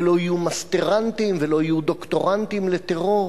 ולא יהיו מסטרנטים ולא יהיו דוקטורנטים לטרור.